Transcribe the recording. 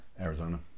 Arizona